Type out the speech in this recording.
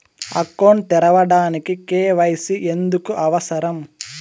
Account తెరవడానికి, KYC ఎందుకు అవసరం?